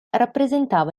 rappresentava